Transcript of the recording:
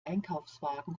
einkaufswagen